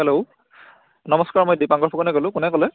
hello নমস্কাৰ মই দীপাংকৰ ফুকনে ক'লো কোনে ক'লে